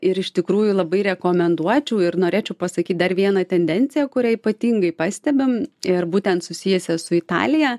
ir iš tikrųjų labai rekomenduočiau ir norėčiau pasakyt dar vieną tendenciją kurią ypatingai pastebim ir būtent susijusią su italija